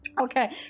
Okay